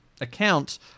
account